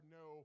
no